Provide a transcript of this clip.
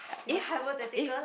if if